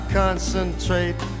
concentrate